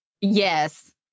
yes